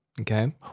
Okay